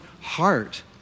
heart